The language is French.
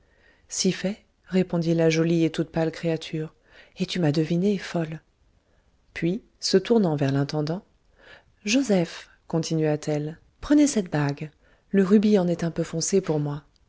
si fait répondit la jolie et toute pâle créature et tu m'as devinée folle puis se tournant vers l'intendant joseph continua-t-elle prenez cette bague le rubis en est un peu foncé pour moi